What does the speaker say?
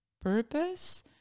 purpose